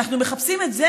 אנחנו מחפשים את זה